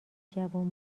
جوون